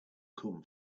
come